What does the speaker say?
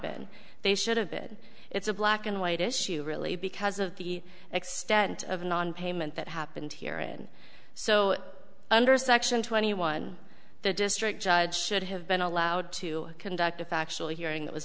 been they should have been it's a black and white issue really because of the extent of nonpayment that happened here and so under section twenty one the district judge should have been allowed to conduct a factual hearing that was